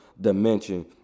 dimension